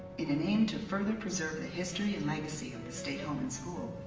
in an end to further preserve the history and legacy of the state home and school,